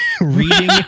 reading